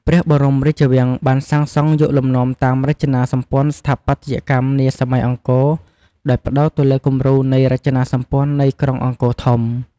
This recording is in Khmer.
ព្រះបរមរាជវាំងបានសាងសង់យកលំនាំតាម រចនាសម្ព័ន្ធស្ថាបត្យកម្មនាសម័យអង្គរ ដោយផ្ដោតទៅលើគំរូនៃរចនាសម្ព័ន្ធ នៃក្រុងអង្គរធំ។